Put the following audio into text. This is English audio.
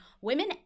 women